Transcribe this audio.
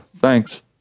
thanks